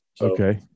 Okay